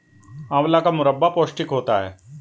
आंवला का मुरब्बा पौष्टिक होता है